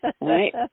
Right